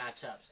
matchups